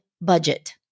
budget